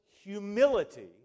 humility